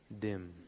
dim